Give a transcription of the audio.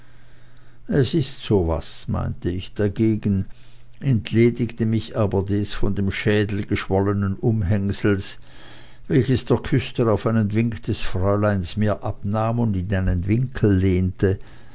es ist so was meinte ich dagegen entledigte mich aber des von dem schädel geschwollenen umhängsels welches der küster auf einen wink des fräuleins mir abnahm und in einen winkel lehnte